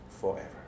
forever